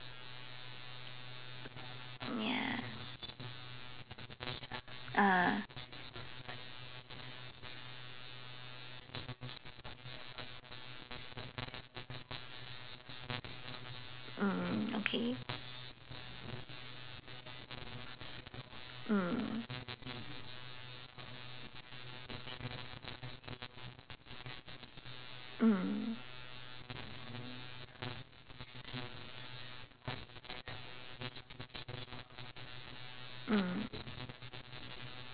mm ya ah mm okay mm mm mm